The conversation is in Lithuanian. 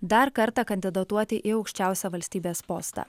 dar kartą kandidatuoti į aukščiausią valstybės postą